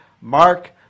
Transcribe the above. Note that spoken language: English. Mark